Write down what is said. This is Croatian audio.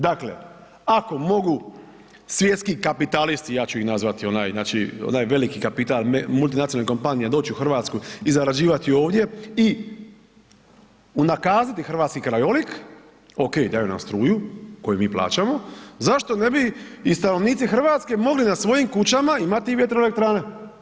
Dakle ako mogu svjetski kapitalisti ja ću ih nazvati, znači onaj veliki kapital multinacionalnih kompanija doći u Hrvatsku i zarađivati ovdje i unakaziti hrvatski krajolik, ok daju nam struju koju mi plaćamo, zašto ne bi i stanovnici Hrvatske mogli na svojim kućama imati vjetroelektrane?